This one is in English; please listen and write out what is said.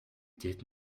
did